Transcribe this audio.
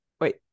Wait